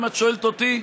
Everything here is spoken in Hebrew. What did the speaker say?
אם את שואלת אותי,